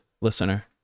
listener